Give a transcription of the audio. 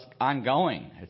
ongoing